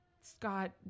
Scott